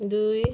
दुई